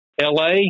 LA